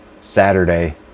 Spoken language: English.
Saturday